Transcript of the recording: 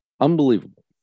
unbelievable